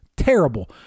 terrible